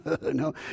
no